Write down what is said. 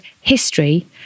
HISTORY